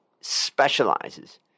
specializes